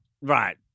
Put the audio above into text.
Right